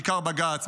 בעיקר בג"ץ,